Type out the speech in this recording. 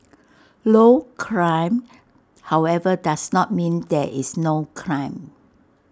low crime however does not mean that is no crime